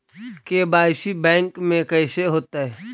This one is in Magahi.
के.वाई.सी बैंक में कैसे होतै?